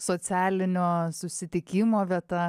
socialinio susitikimo vieta